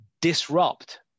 disrupt